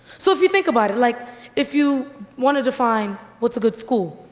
so if you think about it, like if you want to define what's a good school,